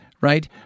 right